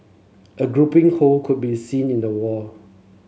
a grouping hole could be seen in the wall